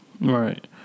Right